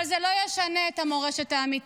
אבל זה לא ישנה את המורשת האמיתית: